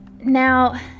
Now